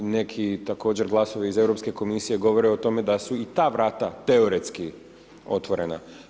Neki također glasovi iz Europske komisije govore o tome da su i ta vrata teoretski otvorena.